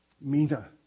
Mina